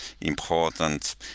important